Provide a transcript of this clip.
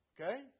Okay